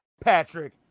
Patrick